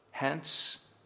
Hence